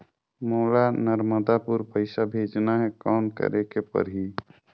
मोला नर्मदापुर पइसा भेजना हैं, कौन करेके परही?